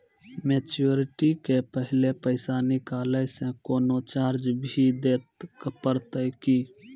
Maturity के पहले पैसा निकालै से कोनो चार्ज भी देत परतै की?